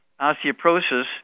osteoporosis